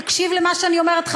תקשיב למה שאני אומרת.